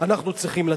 אנחנו צריכים לתת.